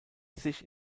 sich